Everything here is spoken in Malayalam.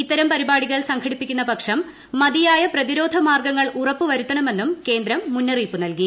ഇത്തരം പരിപാടികൾ സംഘടിപ്പിക്കുന്ന പ്ലക്ഷർ മതിയായ പ്രതിരോധ മാർഗ്ഗങ്ങൾ ഉറപ്പുവരുത്തണള്മെന്നും കേന്ദ്രം മുന്നറിയിപ്പു നൽകി